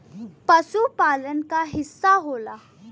पसुपालन क हिस्सा होला